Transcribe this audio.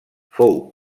fou